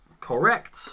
Correct